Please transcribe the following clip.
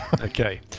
Okay